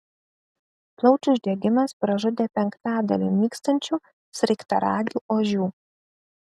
plaučių uždegimas pražudė penktadalį nykstančių sraigtaragių ožių